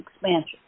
expansion